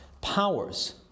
powers